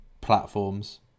platforms